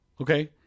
Okay